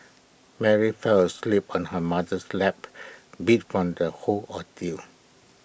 Mary fell asleep on her mother's lap beat from the whole ordeal